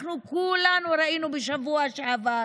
אנחנו כולנו ראינו בשבוע שעבר